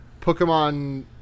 pokemon